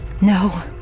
No